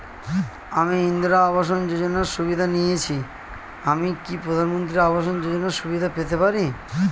আমি ইন্দিরা আবাস যোজনার সুবিধা নেয়েছি আমি কি প্রধানমন্ত্রী আবাস যোজনা সুবিধা পেতে পারি?